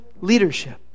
leadership